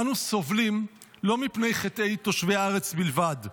אנו סובלים לא מפני חטאי תושבי הארץ בלבד,